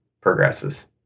progresses